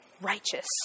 righteous